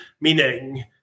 meaning